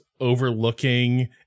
overlooking